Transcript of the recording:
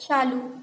चालू